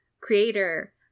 creator